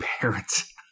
parents